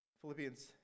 Philippians